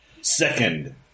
Second